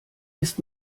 ist